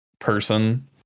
Person